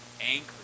angry